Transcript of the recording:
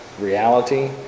reality